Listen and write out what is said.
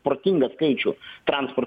protingą skaičių transporto